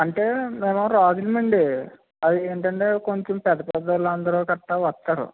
అంటే మేము రాజులమండి అవి ఏంటంటే కొంచెం పెద్ద పెద్దవాళ్లు అందరూ గట్టా వస్తారు